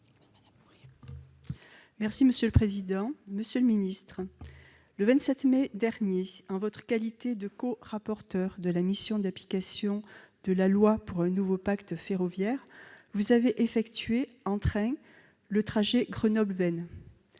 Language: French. Monsieur le secrétaire d'État, le 27 mai dernier, en votre qualité de corapporteur de la mission d'application de la loi pour un nouveau pacte ferroviaire, vous avez effectué, en train, le trajet Grenoble-Veynes.